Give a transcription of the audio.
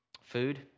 Food